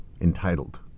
entitled